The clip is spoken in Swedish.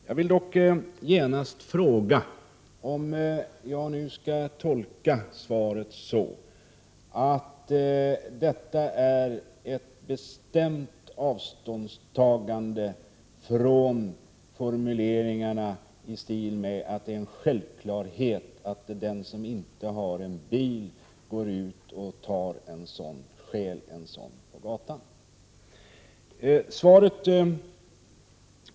Jag vill då genast fråga om jag nu skall tolka svaret så, att detta är ett bestämt avståndstagande från formuleringar i stil med att det är en självklarhet att den som inte har en bil går ut och stjäl en sådan på gatan.